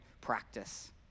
practice